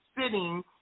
sitting